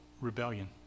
rebellion